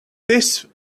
this